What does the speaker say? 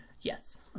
Yes